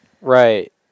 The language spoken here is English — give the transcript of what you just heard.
Right